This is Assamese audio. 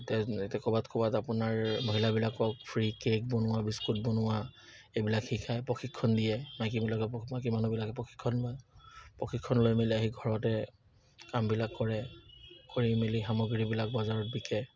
ক'ৰবাত ক'ৰবাত আপোনাৰ মহিলাবিলাকক ফ্ৰী কেক বনোৱা বিস্কুট বনোৱা এইবিলাক শিকায় প্ৰশিক্ষণ দিয়ে মাইকীবিলাকে মাইকী মানুহবিলাকে প্ৰশিক্ষণ লয় প্ৰশিক্ষণ লৈ মেলি আহি ঘৰতে কামবিলাক কৰে কৰি মেলি সামগ্ৰীবিলাক বজাৰত বিকে